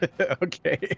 Okay